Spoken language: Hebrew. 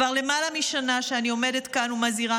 כבר למעלה משנה שאני עומדת כאן ומזהירה